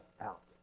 out